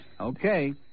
Okay